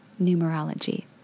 numerology